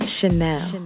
Chanel